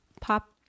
pop